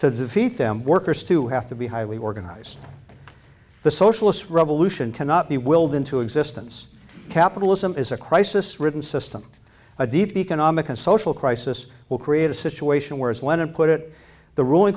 to defeat them workers to have to be highly organized the socialist revolution cannot be willed into existence capitalism is a crisis ridden system a deep economic and social crisis will create a situation where as lenin put it the ruling